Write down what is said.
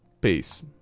peace